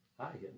Hi